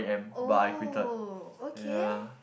oh okay